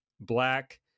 black